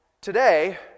today